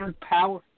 Power